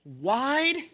wide